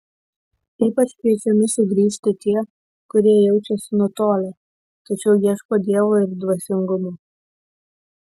ypač kviečiami sugrįžti tie kurie jaučiasi nutolę tačiau ieško dievo ir dvasingumo